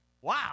Wow